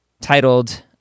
titled